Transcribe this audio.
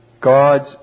God's